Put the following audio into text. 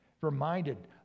Reminded